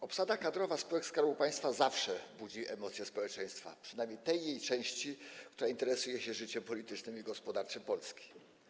Obsada kadrowa spółek Skarbu Państwa zawsze budzi emocje społeczeństwa, a przynajmniej tej jego części, która interesuje się życiem politycznym i gospodarczym Polski.